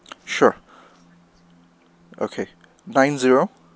sure okay nine zero